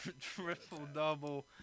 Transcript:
triple-double